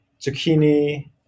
zucchini